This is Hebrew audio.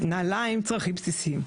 נעליים צרכים בסיסיים,